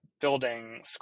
building